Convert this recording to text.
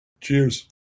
Cheers